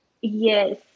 yes